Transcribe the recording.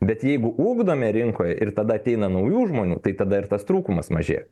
bet jeigu ugdome rinkoj ir tada ateina naujų žmonių tai tada ir tas trūkumas mažėja